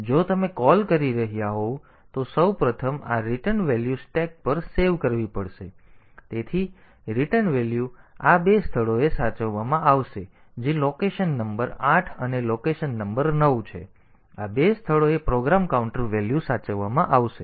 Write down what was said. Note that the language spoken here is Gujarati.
હવે જો તમે કૉલ કરી રહ્યાં હોવ તો સૌપ્રથમ આ રીટર્ન વેલ્યુ સ્ટેક પર સેવ કરવી પડશે તેથી રીટર્ન વેલ્યુ આ બે સ્થળોએ સાચવવામાં આવશે જે લોકેશન નંબર 8 અને લોકેશન નંબર 9 છે આ બે સ્થળોએ પ્રોગ્રામ કાઉન્ટર વેલ્યુ સાચવવામાં આવશે